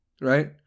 Right